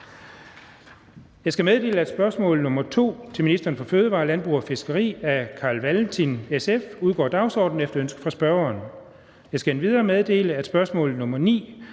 Jeg skal meddele, at spørgsmål nr. 2 til ministeren for fødevarer, landbrug og fiskeri (spm. nr. S 679) af Carl Valentin (SF) udgår af dagsordenen efter ønske fra spørgeren. Jeg skal endvidere meddele, at spørgsmål nr. 9,